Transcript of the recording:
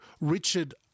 Richard